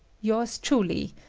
yours truly,